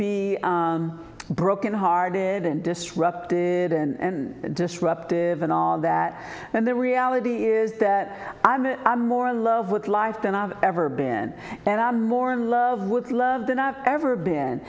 be broken hearted and disrupted and disruptive and all that and the reality is that i'm in a more love with life than i've ever been and i'm more in love with love than i've ever been